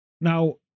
now